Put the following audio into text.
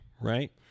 right